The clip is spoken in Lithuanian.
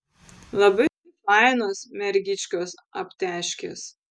labai fainos mergyčkos aptežkės